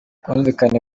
ubwumvikane